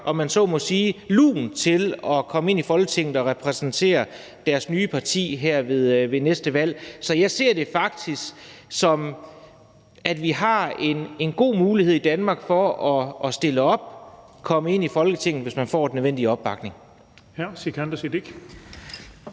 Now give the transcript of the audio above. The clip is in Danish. om man så må sige, lunt i forhold til at komme i Folketinget og repræsentere deres nye parti efter næste valg. Så jeg ser det faktisk sådan, at man i Danmark har en god mulighed for at stille op og komme ind i Folketinget, hvis man får den nødvendige opbakning.